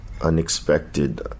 Unexpected